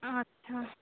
আচ্ছা